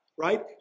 Right